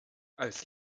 als